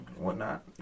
whatnot